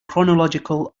chronological